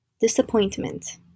Disappointment